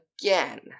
again